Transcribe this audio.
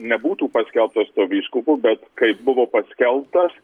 nebūtų paskelbtas vyskupu bet kai buvo paskelbtas